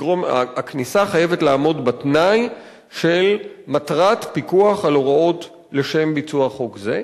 הכניסה חייבת לעמוד בתנאי של מטרת פיקוח על הוראות לשם ביצוע חוק זה.